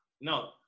No